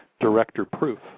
director-proof